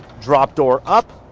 drop door up,